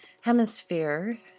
Hemisphere